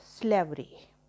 slavery